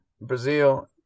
Brazil